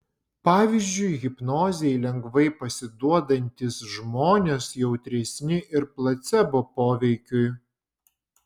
pavyzdžiui hipnozei lengvai pasiduodantys žmonės jautresni ir placebo poveikiui